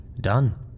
Done